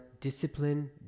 discipline